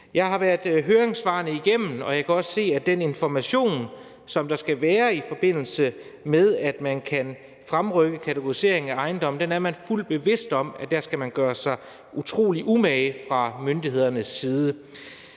Jeg har været høringssvarene igennem, og jeg kan også se, at i forhold til den information, som der skal være, i forbindelse med at man kan fremrykke kategoriseringen af ejendommene, er man fuldt bevidst om, at man skal gøre sig utrolig umage fra myndighedernes side.